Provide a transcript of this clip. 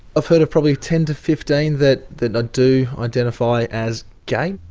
i've heard of probably ten to fifteen that that do identify as gay.